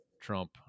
trump